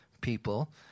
people